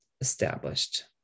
established